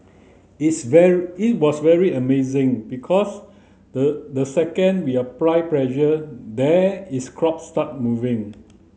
its very it was very amazing because the the second we applied pressure there is crop started moving